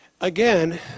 Again